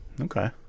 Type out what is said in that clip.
Okay